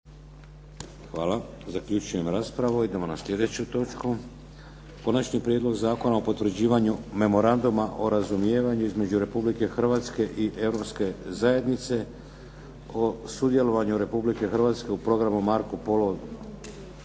**Šeks, Vladimir (HDZ)** Idemo na sljedeću točku. - Konačni prijedlog zakona o potvrđivanju Memoranduma o razumijevanju između Republike Hrvatske i Europske zajednice o sudjelovanju Republike Hrvatske u programu "Marco Polo